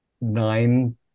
nine